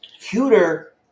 cuter